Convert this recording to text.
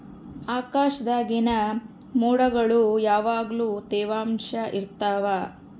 ಆಕಾಶ್ದಾಗಿನ ಮೊಡ್ಗುಳು ಯಾವಗ್ಲು ತ್ಯವಾಂಶ ಇರ್ತವ